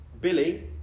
Billy